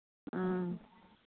ആ